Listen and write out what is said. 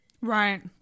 Right